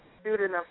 student